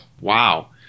Wow